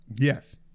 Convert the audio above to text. Yes